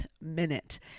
minute